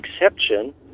exception